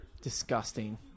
Disgusting